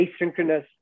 asynchronous